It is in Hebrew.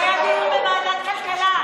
זה היה דיון בוועדת הכלכלה.